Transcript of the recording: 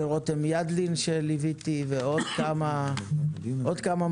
ורותם ידלין שליוויתי, ועוד כמה מדהימות.